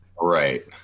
Right